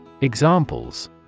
Examples